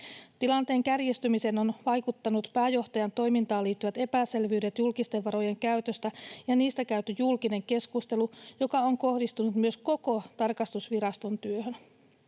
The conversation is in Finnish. Tilanteen kärjistymiseen ovat vaikuttaneet pääjohtajan toimintaan liittyvät epäselvyydet julkisten varojen käytöstä ja niistä käyty julkinen keskustelu, joka on kohdistunut myös koko tarkastusviraston työhön.